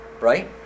right